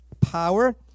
power